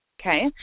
okay